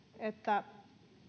että